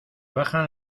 bajan